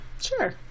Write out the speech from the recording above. Sure